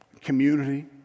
community